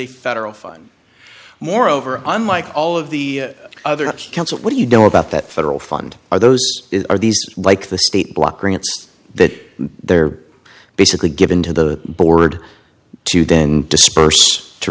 a federal fund moreover unlike all of the other camps what do you know about that federal fund are those are these like the state block grants that they're basically given to the board to then disperse to